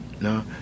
No